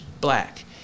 black